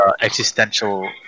existential